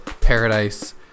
paradise